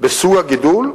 בסוג הגידול,